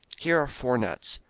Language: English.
here are four nuts,